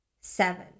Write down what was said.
seven